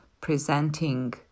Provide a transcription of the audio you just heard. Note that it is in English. presenting